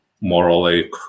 morally